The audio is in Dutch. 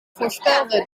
voorspelde